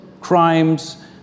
Crimes